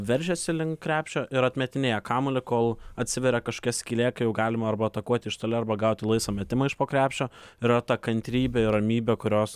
veržiasi link krepšio ir atmetinėja kamuolį kol atsiveria kažkokia skylė ką jau galima arba atakuoti iš toli arba gauti laisvą metimą iš po krepšio yra ta kantrybė ir ramybė kurios